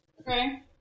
Okay